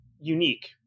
unique